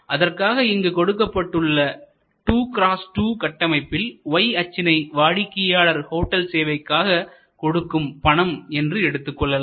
அதற்காக இங்கு கொடுக்கப்பட்டுள்ள 2x2 கட்டமைப்பில் Y அச்சினை வாடிக்கையாளர் ஹோட்டல் சேவைக்காக கொடுக்கும் பணம் என்று எடுத்துக்கொள்ளலாம்